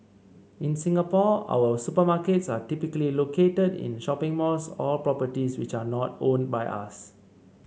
in Singapore our supermarkets are typically located in shopping malls or properties which are not owned by us